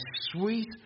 sweet